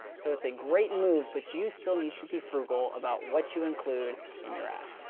so it's a great move, but you still need to be frugal about what you include in your app.